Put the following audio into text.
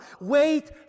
wait